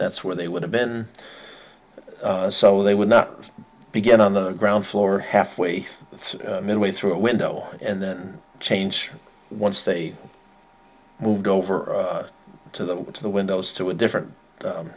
that's where they would have been so they would not begin on the ground floor halfway midway through a window and then change once they moved over to the to the windows to a different